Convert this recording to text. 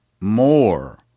more